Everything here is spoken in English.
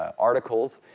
articles,